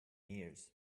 years